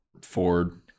Ford